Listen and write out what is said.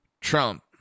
Trump